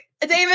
David